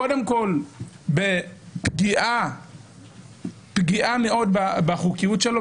קודם כל בפגיעה בחוקיות שלו,